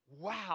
wow